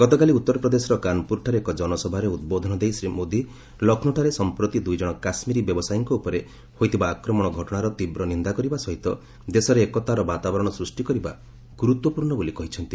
ଗତକାଲି ଉଉରପ୍ରଦେଶର କାନପୁରଠାରେ ଏକ ଜନସଭାରେ ଉଦ୍ବୋଧନ ଦେଇ ଶ୍ରୀ ମୋଦି ଲକ୍ଷ୍ମୌଠାରେ ସଂପ୍ରତି ଦୁଇଜଣ କାଶ୍ମିରୀ ବ୍ୟବସାୟୀଙ୍କ ଉପରେ ହୋଇଥିବା ଆକ୍ରମଣ ଘଟଣାର ତୀବ୍ ନିନ୍ଦା କରିବା ସହିତ ଦେଶରେ ଏକତାର ବାତାବରଣ ସୃଷ୍ଟି କରିବା ଗୁରୁତ୍ୱପୂର୍ଣ୍ଣ ବୋଲି କହିଛନ୍ତି